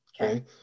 Okay